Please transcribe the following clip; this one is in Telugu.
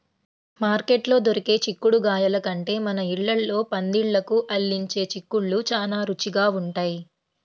మార్కెట్లో దొరికే చిక్కుడుగాయల కంటే మన ఇళ్ళల్లో పందిళ్ళకు అల్లించే చిక్కుళ్ళు చానా రుచిగా ఉంటయ్